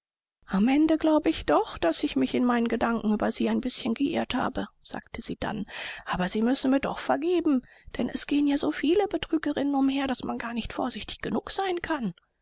am ende glaube ich doch daß ich mich in meinen gedanken über sie ein bißchen geirrt habe sagte sie dann aber sie müssen mir doch vergeben denn es gehen ja so viele betrügerinnen umher daß man gar nicht vorsichtig genug sein kann